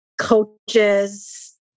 coaches